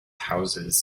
houses